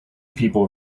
people